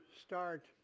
start